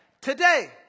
today